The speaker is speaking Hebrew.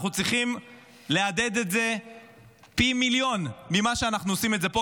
אנחנו צריכים להדהד את זה פי מיליון ממה שאנחנו עושים פה,